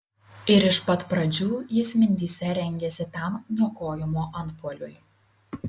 ir iš pat pradžių jis mintyse rengėsi tam niokojimo antpuoliui